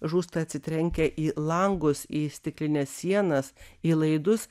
žūsta atsitrenkę į langus į stiklines sienas į laidus